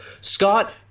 Scott